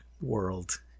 world